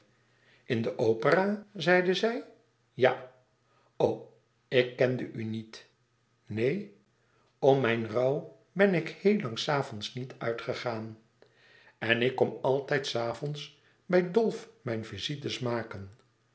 in de opera zeide zij ja o ik kende u niet neen om mijn rouw ben ik heel lang s avonds niet uitgegaan en ik kom altijd s avonds bij dolf mijn visites maken